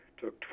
took